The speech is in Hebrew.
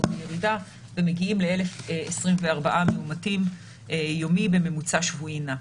בירידה ומגיעים ל-1,024 מאומתים יומי בממוצע שבועי נע,